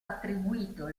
attribuito